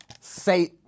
say